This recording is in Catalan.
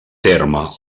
terme